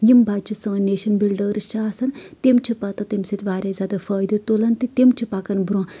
یِم بَچہٕ سٲنۍ نیشن بِلڈٲرٕس چھِ آسان تِم چھِ پَتہٕ تَمہِ سۭتۍ واریاہ زیادٕ فٲیدٕ تُلان تہٕ تِم چھِ پَکان برۄنٛہہ